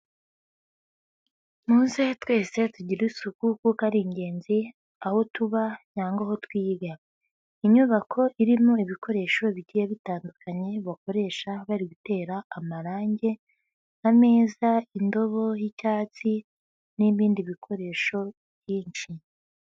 Muze twese tugire isuku kuko ari ingenzi aho tuba cyangwa aho twiga. Inyubako irimo ibikoresho bigiye bitandukanye bakoresha bari gutera amarange, ameza, indobo y'icyatsi n'ibindi bikoresho byinshi.